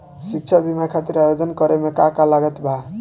शिक्षा बीमा खातिर आवेदन करे म का का लागत बा?